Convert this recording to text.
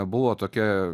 buvo tokia